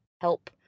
help